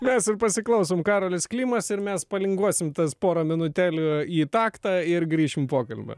mes ir pasiklausom karolis klimas ir mes palinguosim tas porą minutėlių į taktą ir grįšim pokalbį